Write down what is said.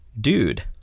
dude